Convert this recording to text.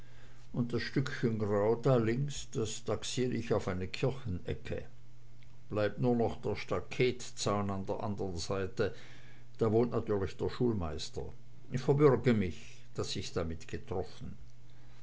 und das stückchen grau da links das taxier ich auf eine kirchenecke bleibt nur noch der staketzaun an der andern seite da wohnt natürlich der schulmeister ich verbürge mich daß ich's damit getroffen